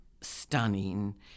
stunning—